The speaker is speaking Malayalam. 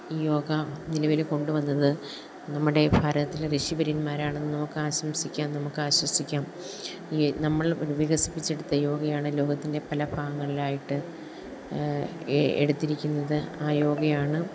യോഗ നിലവിൽ കൊണ്ടുവന്നത് നമ്മുടെ ഭാരതത്തിലെ ഋഷിവര്യന്മാരാണെന്ന് നമുക്ക് ആശംസിക്കാം നമുക്ക് ആശ്വസിക്കാം ഈ നമ്മൾ വികസിപ്പിച്ചെടുത്ത യോഗയാണ് ലോകത്തിൻ്റെ പല ഭാഗങ്ങളിലായിട്ട് എടുത്തിരിക്കുന്നത് ആ യോഗയാണ്